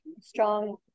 strong